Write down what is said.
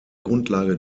grundlage